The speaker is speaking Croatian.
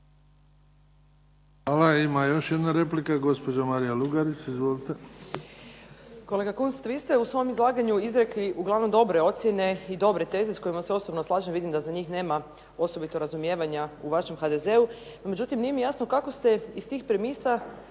Hvala. Ima još jedna replika gospođa Marija Lugarić. Izvolite. **Lugarić, Marija (SDP)** Kolega Kunst, vi ste u svom izlaganju izrekli uglavnom dobre ocjene i dobre teze s kojima se osobno slažem. Vidim da za njih nema osobito razumijevanja u vašem HDZ-u. No međutim, nije mi jasno kako ste iz tih premisa